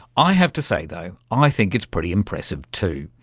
i have to say though, um i think it's pretty impressive too,